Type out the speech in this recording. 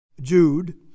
Jude